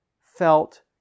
Felt